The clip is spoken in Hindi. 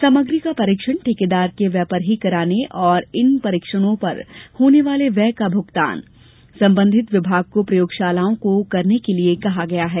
सामग्री का परीक्षण ठेकेदार के व्यय पर ही कराने और इन परीक्षणों पर होने वाले व्यय का भुगतान संबंधित विभाग को प्रयोगशालाओं को करने के लिये कहा गया है